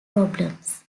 problems